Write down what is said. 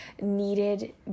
needed